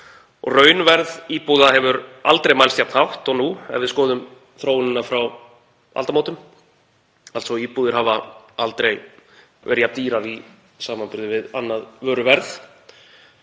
og raunverð íbúða hefur aldrei mælst jafnhátt og nú ef við skoðum þróunina frá aldamótum, þ.e. íbúðir hafa aldrei verið jafn dýrar í samanburði við annað vöruverð.